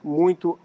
muito